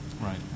Right